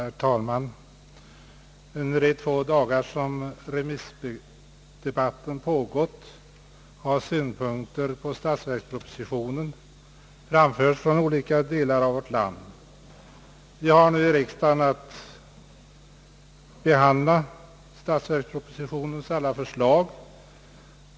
Herr talman! Under de två dagar som remissdebatten pågått har synpunkter på statsverkspropositionen framförts från olika delar av vårt land. Vi har nu i riksdagen att behandla alla de i statsverkspropositionen framlagda förslagen.